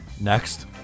Next